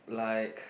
like